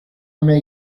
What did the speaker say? may